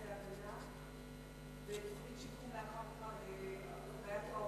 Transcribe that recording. אמצעי הגנה ותוכנית שיקום לאחר חוויה טראומטית,